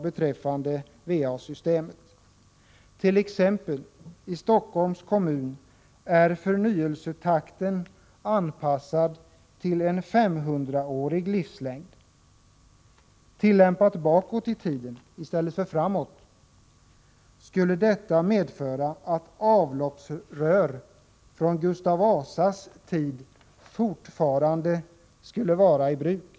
I Stockholms kommun t.ex. är förnyelsetakten anpassad till en 500-årig livslängd. Tillämpat bakåt i tiden i stället för framåt skulle detta innebära att avloppsrör från Gustav Vasas tid fortfarande skulle vara i bruk.